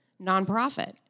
nonprofit